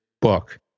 book